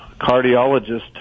cardiologist